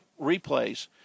replays